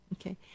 Okay